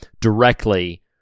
directly